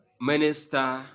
Minister